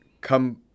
come